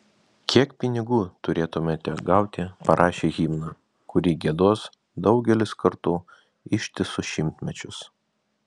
kiek pinigų turėtumėte gauti parašę himną kurį giedos daugelis kartų ištisus šimtmečius